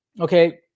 Okay